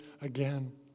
again